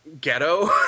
ghetto